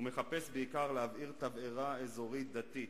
הוא מחפש בעיקר להבעיר תבערה אזורית דתית.